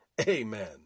Amen